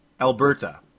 Alberta